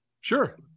sure